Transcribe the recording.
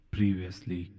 Previously